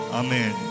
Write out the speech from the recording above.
amen